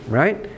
right